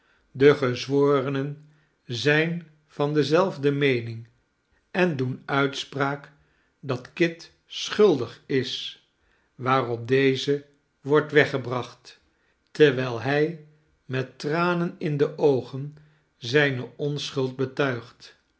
de gezworenen zijn van dezelfde meening en doen uitspraak dat kit schuldig is waarop deze wordt weggebracht terwijl hij met tranen in de oogen zijne onschuld betuigt